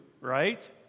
Right